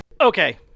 Okay